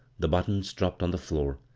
the but tons dropped on the floor,